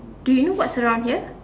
do you know what's around here